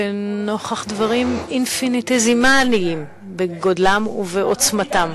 לנוכח דברים אינפיניטסימליים בגודלם ובעוצמתם.